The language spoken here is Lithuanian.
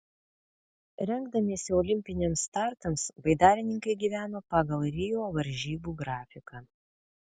rengdamiesi olimpiniams startams baidarininkai gyveno pagal rio varžybų grafiką